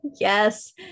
yes